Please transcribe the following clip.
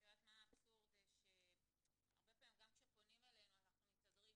את יודעת מה האבסורד הרבה פעמים גם כשפונים אלינו אנחנו --- מה,